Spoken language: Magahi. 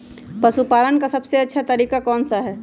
पशु पालन का सबसे अच्छा तरीका कौन सा हैँ?